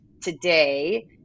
today